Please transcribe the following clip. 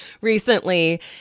recently